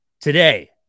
today